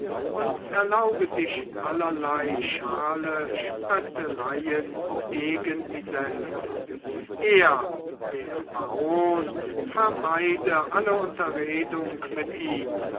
und erlaube sich allerlei schale spöttereien gegen dieselbe er der baron vermeide alle unterredung mit ihm